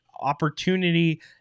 opportunity